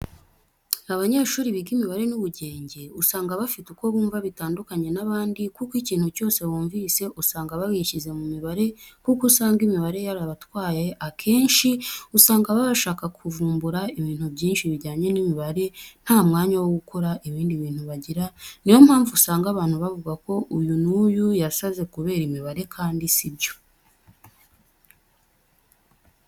Abanyeshuri biga imibare n'ubugenge usanga bafite uko bumva bitandkanye n'abandi kuko ikintu cyose bumvishe usanga bagishyize mu mibare kuko usanga imibare yarabatwaye akenshi, usanga baba bashaka kuvumbura ibintu byinshi bijyanye n'imibare nta mwanya wo gukora ibindi bintu bagira ni yo mpamvu usanga abantu bavuga ko uyu n'uyu yasaze kubera imibare kandi si byo.